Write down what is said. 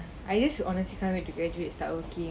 I just honestly can't wait to graduate start working